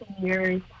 years